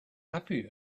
happy